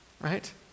right